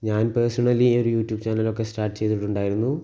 ഞാൻ പേഴ്സണലി ഒരു യൂട്യൂബ് ചാനലൊക്കെ സ്റ്റാർട്ട് ചെയ്തിട്ടുണ്ടായിരുന്നു